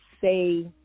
say